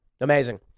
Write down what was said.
amazing